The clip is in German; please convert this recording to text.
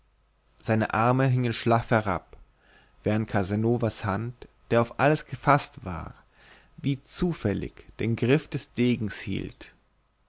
seine arme hingen schlaff herab während casanovas hand der auf alles gefaßt war wie zufällig den griff des degens hielt